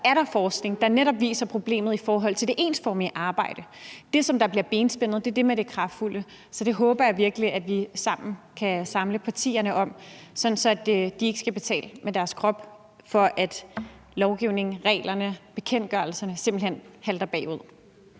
niveau forskning, der netop viser, at problemet er det ensformige arbejde. Det, som bliver benspændet, er det med det kraftfulde, så det håber jeg virkelig at vi sammen kan samle partierne om, sådan at folk ikke skal betale med deres krop, fordi lovgivningen, reglerne og bekendtgørelserne simpelt hen halter bagud.